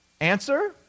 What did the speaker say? Answer